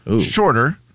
shorter